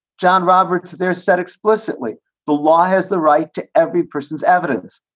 john roberts there said explicitly the law has the right to every person's evidence.